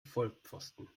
vollpfosten